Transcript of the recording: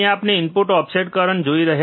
અહીં આપણે input offset current જોઈ રહ્યા છીએ